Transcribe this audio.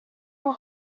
know